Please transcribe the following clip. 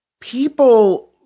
people